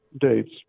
dates